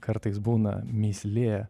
kartais būna mįslė